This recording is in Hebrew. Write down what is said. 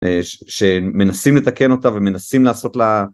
שמנסים לתקן אותה ומנסים לעשות לה.